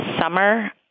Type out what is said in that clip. summer